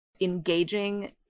engaging